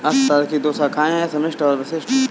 अर्थशास्त्र की दो शाखाए है समष्टि और व्यष्टि